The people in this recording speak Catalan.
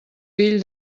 fill